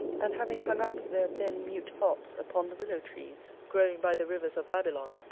and having hung up their then mute harps upon the willow-trees growing by the rivers of babylon,